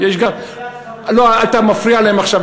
אתה מפריע להם עכשיו,